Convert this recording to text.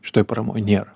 šitoj paramoj nėra